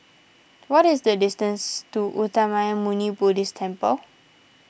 what is the distance to Uttamayanmuni Buddhist Temple